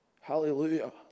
Hallelujah